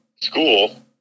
school